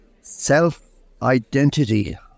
Self-identity